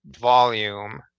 volume